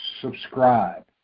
subscribe